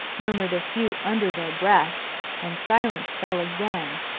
murmured a few under their breath and silence fell again,